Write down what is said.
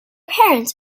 parents